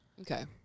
okay